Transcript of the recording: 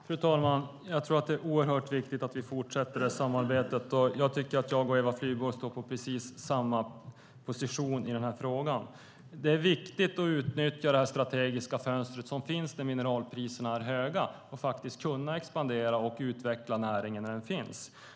Fru talman! Jag tror att det är oerhört viktigt att vi fortsätter samarbetet. Jag tycker att jag och Eva Flyborg har precis samma position i den här frågan. Det är viktigt att utnyttja det strategiska fönster som finns när mineralpriserna är höga och att kunna expandera och utveckla näringen där den finns.